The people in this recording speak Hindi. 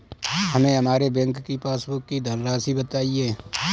हमें हमारे बैंक की पासबुक की धन राशि बताइए